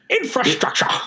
Infrastructure